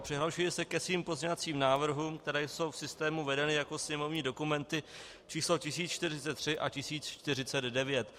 Přihlašuji se ke svým pozměňovacím návrhům, které jsou v systému vedeny jako sněmovní dokumenty číslo 1043 a 1049.